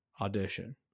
Audition